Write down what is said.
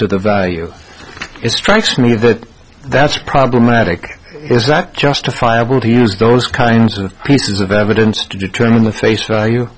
to the value is strikes me that that's problematic is that justifiable to use those kinds of pieces of evidence to determine the face value